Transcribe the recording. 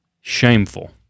Shameful